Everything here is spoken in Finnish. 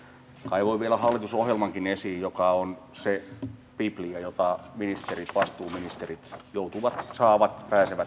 kaivoin vielä hallitusohjelmankin esiin joka on se biblia jota vastuuministerit joutuvat saavat pääsevät noudattamaan